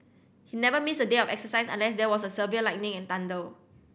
he never missed a day of exercise unless there was a severe lightning and thunder